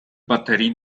baterii